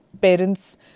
parents